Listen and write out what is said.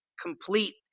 complete